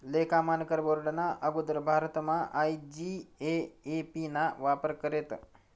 लेखा मानकर बोर्डना आगुदर भारतमा आय.जी.ए.ए.पी ना वापर करेत